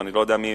ואני לא יודע מי